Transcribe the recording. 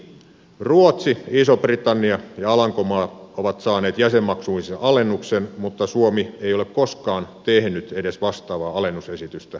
ruotsi iso britannia ja alankomaat ovat saaneet jäsenmaksuihinsa alennuksen mutta suomi ei ole koskaan tehnyt edes vastaavaa alennusesitystä edustaja myller